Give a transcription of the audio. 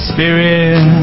Spirit